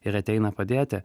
ir ateina padėti